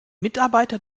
mitarbeiter